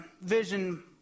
vision